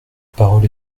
parole